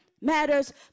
matters